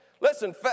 Listen